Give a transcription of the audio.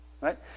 Right